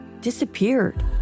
disappeared